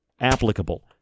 applicable